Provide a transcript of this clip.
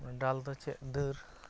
ᱰᱟᱞᱫᱚ ᱪᱮᱫ ᱰᱟᱹᱨ